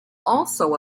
also